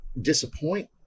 disappoint